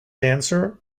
dancer